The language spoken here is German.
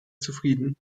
zufrieden